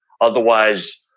Otherwise